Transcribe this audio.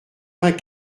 vingt